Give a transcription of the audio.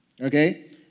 okay